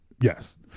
Yes